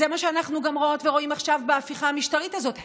זה גם מה שאנחנו רואות ורואים עכשיו בהפיכה המשטרית הזאת,